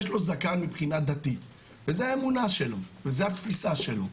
יש לו זקן מבחינה דתית וזו האמונה שלו וזו התפיסה שלו,